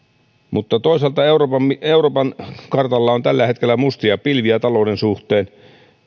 mutta toisaalta euroopan kartalla on tällä hetkellä mustia pilviä talouden suhteen